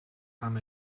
amb